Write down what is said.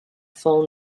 full